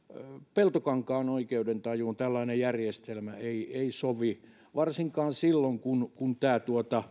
peltokankaan oikeudentajuun tällainen järjestelmä ei sovi varsinkaan silloin kun kun tämä